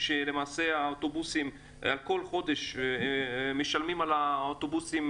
הבנקים כאשר בכל חודש משלמים על האוטובוסים